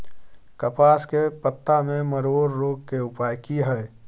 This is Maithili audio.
कपास के पत्ता में मरोड़ रोग के उपाय की हय?